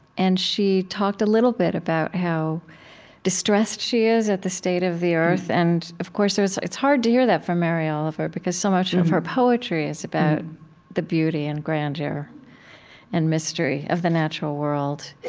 and she talked a little bit about how distressed she is at the state of the earth. and of course, it's hard to hear that from mary oliver because so much of her poetry is about the beauty and grandeur and mystery of the natural world.